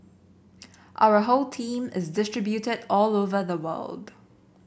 our whole team is distributed all over the world